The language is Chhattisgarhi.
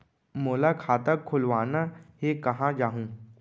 मोला खाता खोलवाना हे, कहाँ जाहूँ?